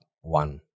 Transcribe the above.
one